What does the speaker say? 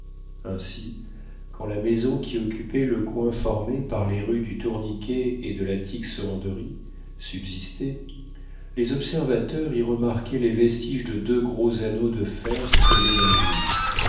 ainsi quand la maison qui occupait le coin formé par les rues du tourniquet et de la tixeranderie subsistait les observateurs y remarquaient les vestiges de deux gros anneaux de fer scellés dans le mur